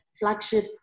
flagship